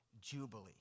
jubilee